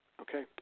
Okay